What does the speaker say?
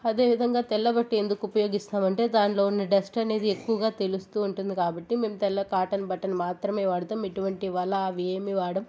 అదేవిధంగా తెల్ల బట్ట ఎందుకు ఉపయోగిస్తామంటే దానిలో ఉన్న డస్ట్ అనేది ఎక్కువగా తెలుస్తూ ఉంటుంది కాబట్టి మేము తెల్ల కాటన్ బట్టను మాత్రమే వాడతాం ఎటువంటి వల అవేమి వాడమూ